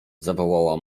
zawołała